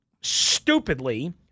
stupidly